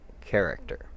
character